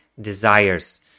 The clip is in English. desires